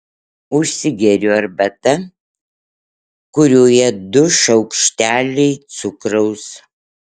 užsigeriu arbata kurioje du šaukšteliai cukraus